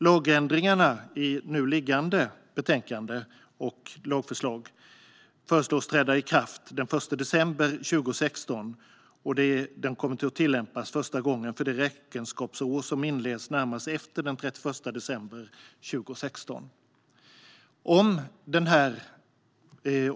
Lagändringarna i det nu föreliggande betänkandet och lagförslaget föreslås träda i kraft den 1 december 2016, och det kommer att tillämpas första gången för det räkenskapsår som inleds närmast efter den 31 december 2016.